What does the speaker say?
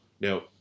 Now